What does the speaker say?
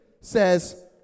says